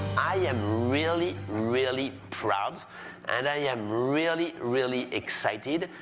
i am really, really proud and i am really, really excited.